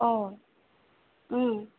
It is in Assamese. অঁ